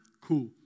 Cool